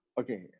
Okay